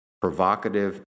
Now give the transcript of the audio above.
provocative